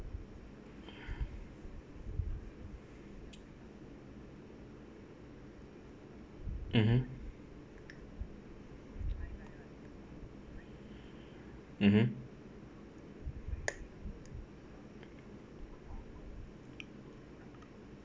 mmhmm mmhmm